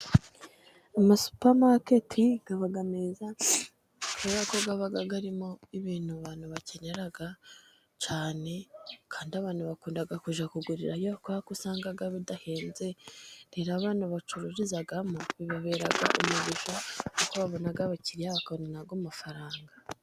ama supamaketi aba meza kubera ko aba arimo ibintu abantu bakenera cyane, kandi abantu bakunda kujya kugurirayo, kubera ko usanga bidahenze. Rero abantu bacururizamo bibabera imigisha kuko babona abakiriya bakabona n'ayo mafaranga.